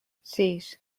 sis